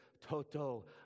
Toto